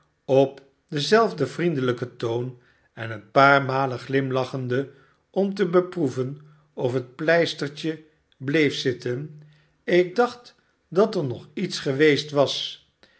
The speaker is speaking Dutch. op denzelfden vriendelijken toon en een paar malen glimlachende om te beproeven of het pleistertje bleef zitten ik dacht dat er nog iets geweest was